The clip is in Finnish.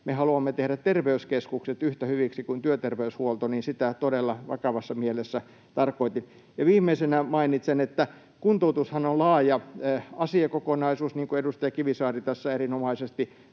me haluamme tehdä terveyskeskukset yhtä hyviksi kuin työterveyshuolto, niin sitä todella vakavassa mielessä tarkoitin. Viimeisenä mainitsen, että kuntoutushan on laaja asiakokonaisuus, niin kuin edustaja Kivisaari tässä erinomaisesti